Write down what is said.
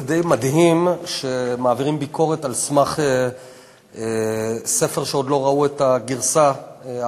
זה די מדהים שמעבירים ביקורת על ספר כשעוד לא ראו את הגרסה האחרונה.